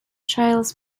trials